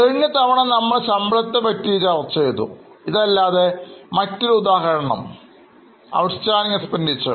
കഴിഞ്ഞ തവണ നമ്മൾ ശമ്പളത്തെക്കുറിച്ച് ചർച്ച ചെയ്തു ഇതല്ലാതെ മറ്റൊരു ഉദാഹരണം പറയാമോ